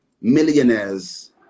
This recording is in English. millionaires